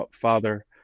father